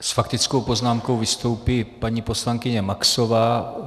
S faktickou poznámkou vystoupí paní poslankyně Maxová.